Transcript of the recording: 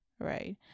right